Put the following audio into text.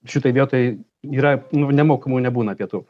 šitoj vietoj yra nu nemokamų nebūna pietų